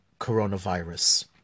coronavirus